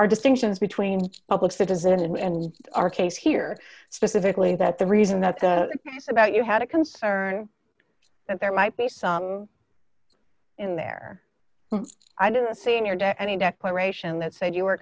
are distinctions between public citizen and our case here specifically that the reason that's the case about you had a concern that there might be something in there i didn't say in your day and a declaration that said you were